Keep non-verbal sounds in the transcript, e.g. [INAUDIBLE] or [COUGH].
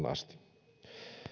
[UNINTELLIGIBLE] asti